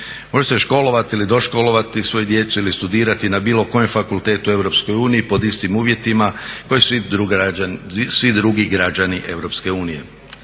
Može se školovati ili doškolovati svoju djecu ili studirati na bilo kojem fakultetu u Europskoj uniji pod istim uvjetima kao i svi drugi građani